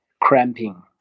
cramping